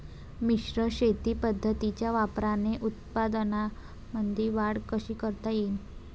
मिश्र शेती पद्धतीच्या वापराने उत्पन्नामंदी वाढ कशी करता येईन?